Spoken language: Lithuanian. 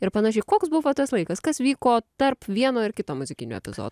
ir panašiai koks buvo tas laikas kas vyko tarp vieno ir kito muzikinio epizodo